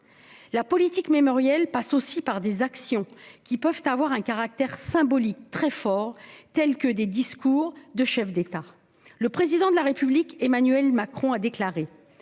La politique mémorielle passe aussi par des actions qui peuvent avoir un caractère symbolique très fort, telles que des discours de chefs d'État. Le Président de la République Emmanuel Macron a déclaré